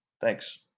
Thanks